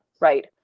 right